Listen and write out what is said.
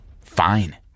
Fine